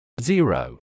Zero